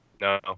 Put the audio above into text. no